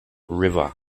river